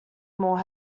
more